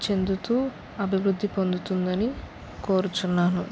చెందుతూ అభివృద్ధి పొందుతుందని కోరుచున్నాను